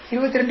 22